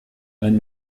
ein